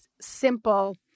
simple